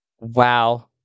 Wow